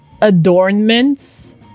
adornments